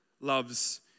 Loves